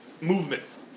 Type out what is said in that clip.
Movements